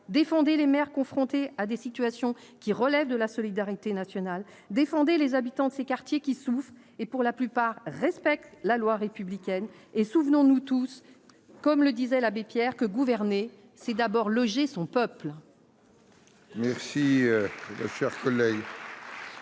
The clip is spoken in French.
défendez les maires confrontés à des situations qui relèvent de la solidarité nationale, défendez les habitants de ces quartiers qui souffrent et pour la plupart, respecte la loi républicaine et souvenons-nous tous, comme le disait l'abbé Pierre que gouverner, c'est d'abord loger son peuple.